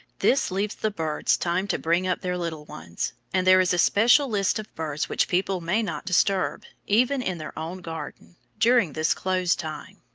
this leaves the birds time to bring up their little ones. and there is a special list of birds which people may not disturb, even in their own garden, during this close time.